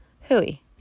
hooey